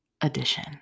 Edition